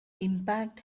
impact